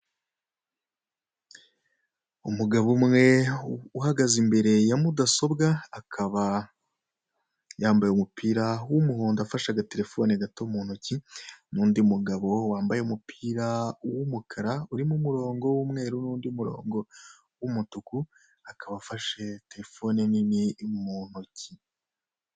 Umugabo umwe uhagaze imbere ya mudasobwa akaba yambaye umupira w'umuhondo afashe agatelefone gato mu ntoki, n'undi mugabo wambaye umupira w'umukara, urimo umurongo w'umweru n'undi muronko w'umutuku, akaba afashe telefone nini mu ntoki.